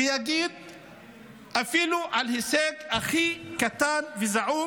ויספר אפילו על ההישג הכי קטן וזעום